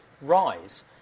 rise